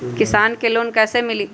किसान के लोन कैसे मिली?